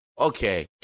okay